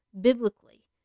biblically